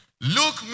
Luke